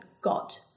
got